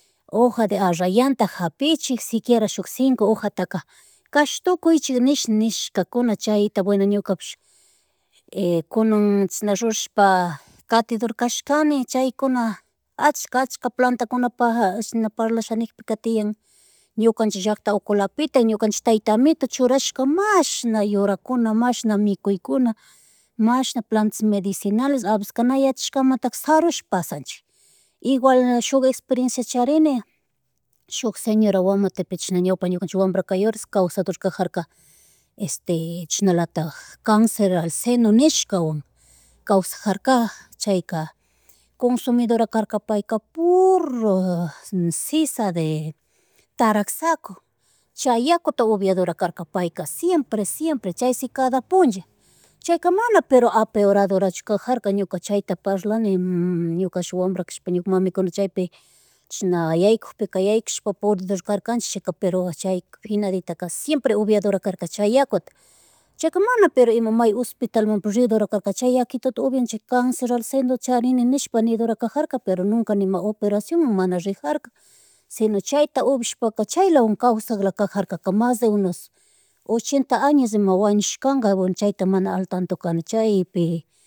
Hoja de arrayan ta hapichik siquiera suk cinco hojataka kashtukuychik nish, nishkakuna chayta bueno ñukapish kunan chashna rurashpa katidur kashkani chaykuna ashka, ashka plantakunapak shina parlashanikpika tiyan, ñukanchik llackta ukulatipik kukanchik tayta amito churashka mashna yurakuna mashna mikuykuna, mashka plantas medicinales a veces ka na yachahkamanta sarush pasanchi igual suk experiencias charini suk señora Guamote pe chashna ñawpa ñukanchik wambra kay horas kawsador kajarka, este chasnalatak cancer al ceno nishkawan, kawsarjarka chayka konsumidora karka payka puro sisa de taraxaco chay yakuta upiadorra karka payka siempre, siempre chaysi kada punlla chayka mana pero apeoradorachu kajarka ñuka chayta parlani, ñukash wambra kash, ñu mamikuna chayti chishna yaykukpika, yaykushpa puridurkarkanchik chayka pero chayka finaditaka, siempre upiadorara karka chay yakuata. Chayka mana pero ima may hospital munpish ridurakaka chay yakituta upian chay cáncer al ceno charini nishpa nedora kajarka pero nunka nima operacionawan mana rijarka, sino chayta upiashpaka chaylawan kawsaklajarka mas de unos ochenta años ima wañushkanka, bueno chayta mana al tanto kani chaypi